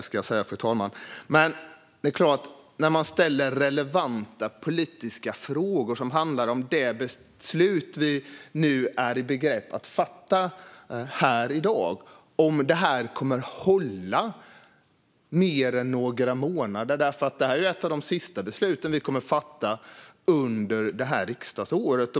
Men nu handlar det om relevanta politiska frågor som handlar om huruvida det beslut vi nu står i begrepp att fatta kommer att hålla mer än några månader. Detta är ett av de sista beslut vi kommer att fatta under det här riksdagsåret.